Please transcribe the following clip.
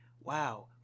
Wow